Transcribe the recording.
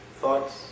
thoughts